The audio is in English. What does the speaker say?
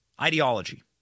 ideology